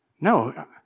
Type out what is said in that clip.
No